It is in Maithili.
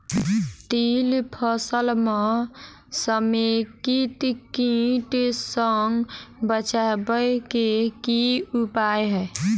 तिल फसल म समेकित कीट सँ बचाबै केँ की उपाय हय?